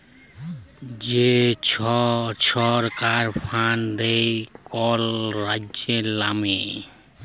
যে ছরকার ফাল্ড দেয় কল রাজ্যের লামে